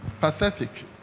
Pathetic